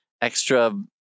extra